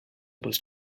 was